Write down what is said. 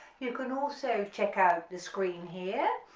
you can also check out the screen here,